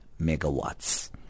megawatts